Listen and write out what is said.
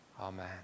Amen